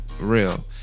real